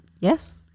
Yes